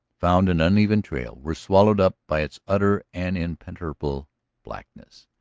found an uneven trail, were swallowed up by its utter and impenetrable blackness.